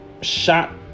shot